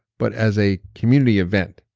but as a community event.